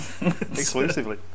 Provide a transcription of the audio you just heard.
Exclusively